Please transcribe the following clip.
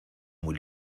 muy